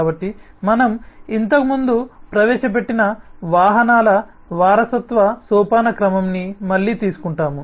కాబట్టి మనం ఇంతకుముందు ప్రవేశపెట్టిన వాహనాల వారసత్వ సోపానక్రమంని మళ్ళీ తీసుకుంటాము